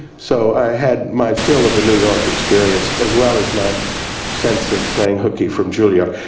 so i had my fill of a new york experience as well as my sense of playing hooky from juilliard.